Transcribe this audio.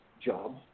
job